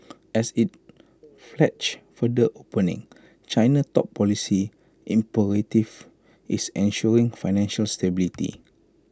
as IT pledges further opening China's top policy imperative is ensuring financial stability